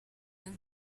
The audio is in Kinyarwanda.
gang